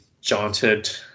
jaunted